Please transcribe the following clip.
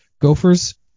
Gophers